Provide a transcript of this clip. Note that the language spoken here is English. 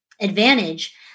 advantage